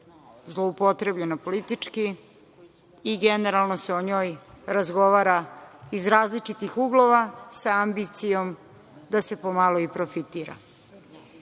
zloupotrebljena politički i generalno se o njoj razgovara iz različitih uglova sa ambicijom da se pomalo i profitira.